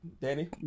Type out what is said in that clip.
Danny